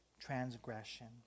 transgression